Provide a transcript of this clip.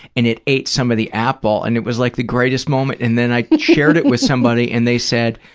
and it ate some of the apple and it was like the greatest moment. and then i shared it with somebody and they said,